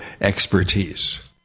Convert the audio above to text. expertise